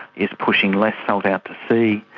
is pushing less salt out to sea,